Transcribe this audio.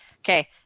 okay